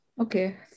okay